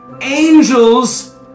angels